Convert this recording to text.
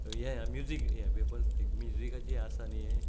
म्युझिकाची आसा न्हय